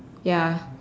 ya